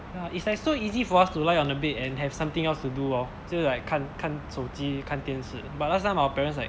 ya it's like so easy for us to lie on a bed and have something else to do orh 就是 like 看看手机看电视 but last time our parents like